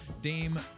Dame